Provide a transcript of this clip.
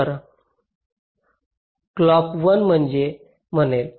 तर क्लॉक 1 काय म्हणेल